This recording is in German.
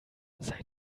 seit